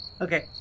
Okay